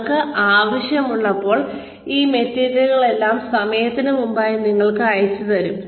നിങ്ങൾക്കു ആവശ്യമുള്ളപ്പോൾ ഈ മെറ്റീരിയലെല്ലാം സമയത്തിന് മുമ്പായി നിങ്ങൾക്ക് അയച്ചുതരും